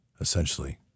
essentially